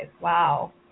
Wow